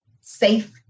Safe